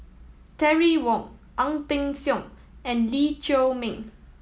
Terry Wong Ang Peng Siong and Lee Chiaw Meng